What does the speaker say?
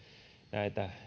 näitä